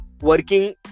Working